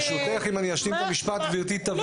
ברשותך, אם אני אשלים את המשפט גברתי תבין מצוין.